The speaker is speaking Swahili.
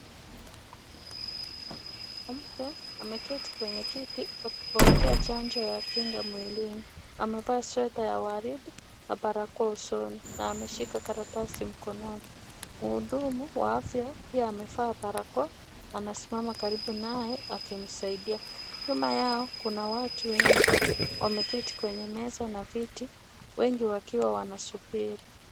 Mke ameketi kwenye kiti akipokea chanjo ya kinga mwilini. Amevaa sweta ya waridi na barakoa usoni na ameshika karatasi mkononi. Mhudumu wa afya pia amevaa barakoa, anasimama karibu naye akimsaidia. Nyuma yao kuna watu wengi wameketi kwenye meza na viti wengi wakiwa wanasubiri.